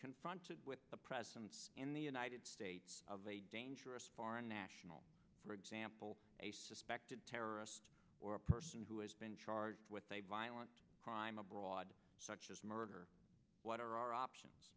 confronted with the presence in the united states of a dangerous foreign national for example a suspected terrorist or a person who has been charged with a violent crime abroad such as murder what are our options